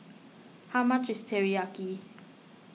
how much is Teriyaki